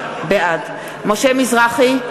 בעד משה מזרחי,